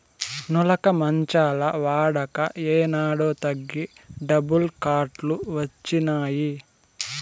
నులక మంచాల వాడక ఏనాడో తగ్గి డబుల్ కాట్ లు వచ్చినాయి